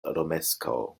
romeskaŭ